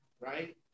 right